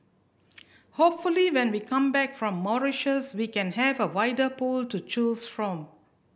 hopefully when we come back from Mauritius we can have a wider pool to choose from